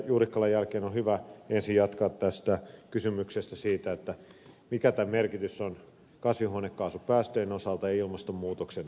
juurikkalan jälkeen on hyvä ensin jatkaa tästä kysymyksestä siitä mikä tämän merkitys on kasvihuonekaasupäästöjen osalta ja ilmastonmuutoksen osalta